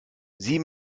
sieh